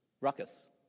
ruckus